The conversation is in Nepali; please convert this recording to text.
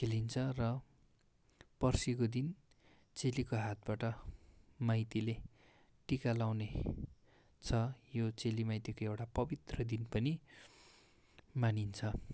खेलिन्छ र पर्सिको दिन चेलीको हातबाट माइतीले टिका लगाउने छ यो चेलीमाइतीको एउटा पवित्र दिन पनि मानिन्छ